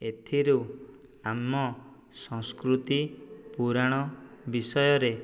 ଏଥିରୁ ଆମ ସଂସ୍କୃତି ପୁରାଣ ବିଷୟରେ